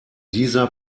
dieser